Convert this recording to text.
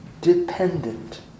dependent